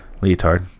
Leotard